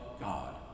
God